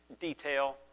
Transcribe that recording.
detail